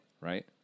right